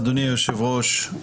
אדוני היושב-ראש,